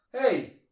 Hey